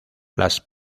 las